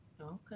Okay